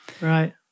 Right